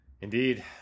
indeed